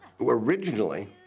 originally